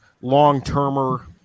long-termer